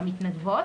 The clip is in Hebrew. שאלו המתנדבות,